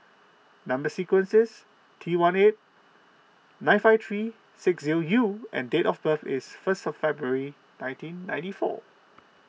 Number Sequence is T one eight nine five three six zero U and date of birth is first February nineteen ninety four